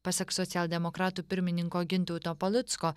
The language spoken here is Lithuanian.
pasak socialdemokratų pirmininko gintauto palucko